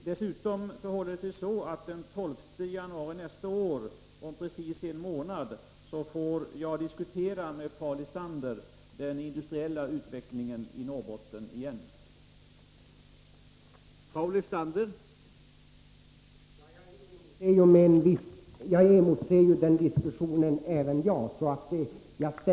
Dessutom förhåller det sig så att den 12 januari nästa år, om precis en månad, får jag diskutera den industriella utvecklingen i Norrbotten med Paul Lestander igen.